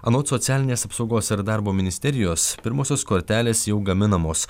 anot socialinės apsaugos ir darbo ministerijos pirmosios kortelės jau gaminamos